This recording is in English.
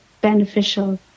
beneficial